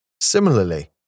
Similarly